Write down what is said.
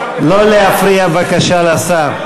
לא להפריע בבקשה לשר.